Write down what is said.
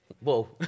Whoa